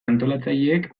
antolatzaileek